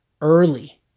Early